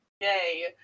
Yay